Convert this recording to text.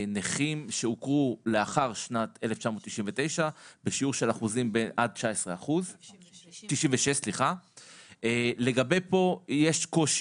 נכים שהוכרו לאחר שנת 1996 בשיעור של עד 19%. פה יש קושי,